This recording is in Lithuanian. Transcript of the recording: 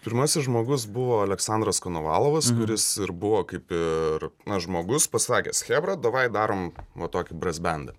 pirmasis žmogus buvo aleksandras konovalovas kuris buvo kaip ir žmogus pasakęs chebra davai darom va tokį brasbendą